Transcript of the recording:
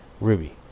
Ruby